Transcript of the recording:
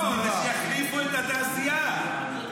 לא, שיחליפו את התעשייה.